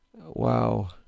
Wow